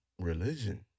religion